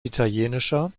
italienischer